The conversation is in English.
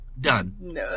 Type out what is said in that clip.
Done